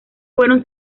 fueron